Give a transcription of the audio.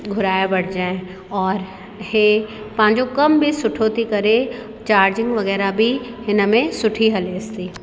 घुराए वठिजे और हे पंहिंजो कमु बि सुठो थी करे चार्जिंग वग़ैरह बि हिन में सुठी हलेसि थी